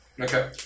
Okay